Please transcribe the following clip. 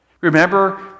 Remember